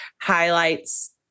highlights